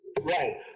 Right